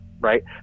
right